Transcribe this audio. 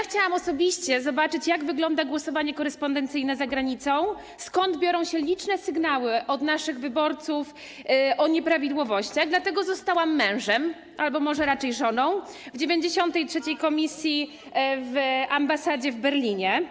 Chciałam osobiście zobaczyć, jak wygląda głosowanie korespondencyjne za granicą, skąd biorą się liczne sygnały od naszych wyborców o nieprawidłowościach, dlatego zostałam mężem albo może raczej żoną w 93. komisji w ambasadzie w Berlinie.